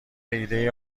ایدهای